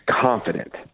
confident